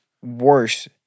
worse